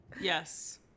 Yes